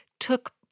took